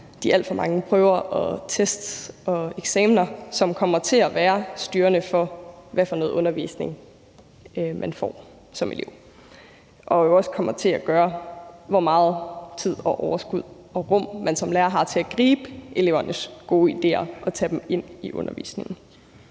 i de alt for mange prøver og test og eksamener, som kommer til at være styrende for, hvad for noget undervisning man får som elev, og som jo også kommer til at afgøre, hvor meget tid og overskud og rum man som lærer har til at gribe elevernes gode idéer og tage dem med i undervisningen.